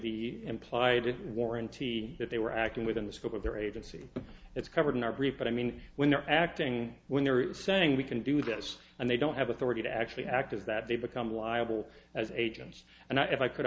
the implied warranty that they were acting within the scope of their agency and it's covered in our brief but i mean when they're acting when they're saying we can do this and they don't have authority to actually act is that they become liable as a judge and if i could